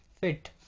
fit